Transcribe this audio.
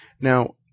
Now